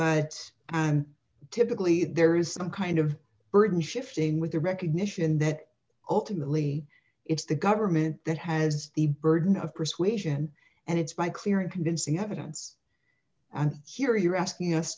but typically there is some kind of burden shifting with the recognition that ultimately it's the government that has the burden of persuasion and it's by clear and convincing evidence and here you're asking us